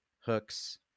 hooks